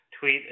tweet